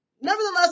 Nevertheless